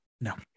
No